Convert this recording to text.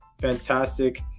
fantastic